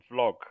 vlog